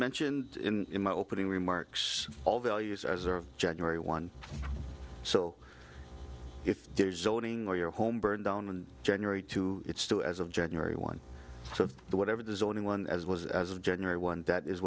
mentioned in my opening remarks all values as of january one so if your home burned down in january to it's two as of january one of the whatever there's only one as was as of january one that is